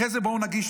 אחרי זה בואו נגיש,